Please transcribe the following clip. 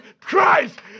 Christ